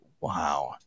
Wow